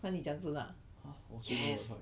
!huh! 你讲真的 ah